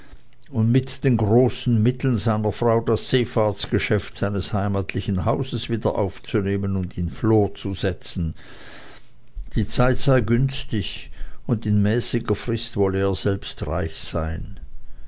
und mit den großen mitteln seiner frau das seefahrtsgeschäft seines heimatlichen hauses wiederaufzunehmen und in flor zu setzen die zeit sei günstig und in mäßiger frist wolle er selbst reich sein